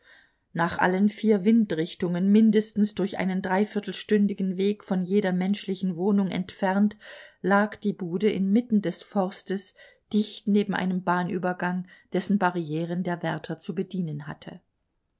nach allen vier windrichtungen mindestens durch einen dreiviertelstündigen weg von jeder menschlichen wohnung entfernt lag die bude inmitten des forstes dicht neben einem bahnübergang dessen barrieren der wärter zu bedienen hatte